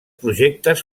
projectes